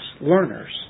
learners